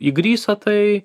įgriso tai